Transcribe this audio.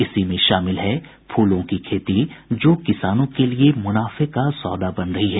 इसी में शामिल है फूलों की खेती जो किसानों के लिये मुनाफे का सौदा बन रही है